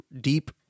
deep